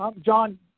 John